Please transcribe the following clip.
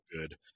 good